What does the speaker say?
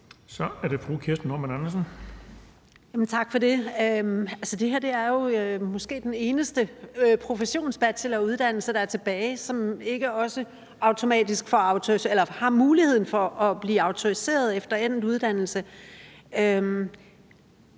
Kl. 18:40 Kirsten Normann Andersen (SF): Tak for det. Det her er jo måske den eneste professionsbacheloruddannelse, der er tilbage, hvor man ikke også automatisk har muligheden for at blive autoriseret efter endt uddannelse.